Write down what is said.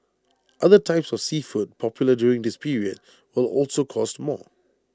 other types of seafood popular during this period will also cost more